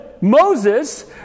Moses